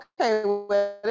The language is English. okay